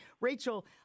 Rachel